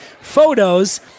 photos